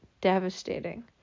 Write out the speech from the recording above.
devastating